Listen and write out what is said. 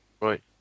Right